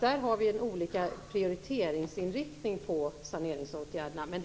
Där har vi alltså olika inriktning på saneringsåtgärderna.